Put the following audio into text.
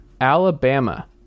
Alabama